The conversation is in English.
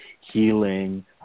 healing